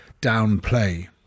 downplay